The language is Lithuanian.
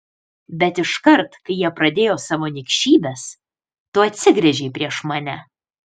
bet iškart kai jie pradėjo savo niekšybes tu atsigręžei prieš mane